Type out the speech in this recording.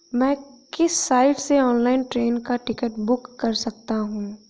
मैं किस साइट से ऑनलाइन ट्रेन का टिकट बुक कर सकता हूँ?